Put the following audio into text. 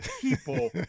people